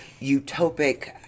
utopic